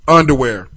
underwear